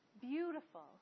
beautiful